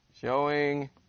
Showing